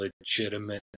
legitimate